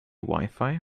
wifi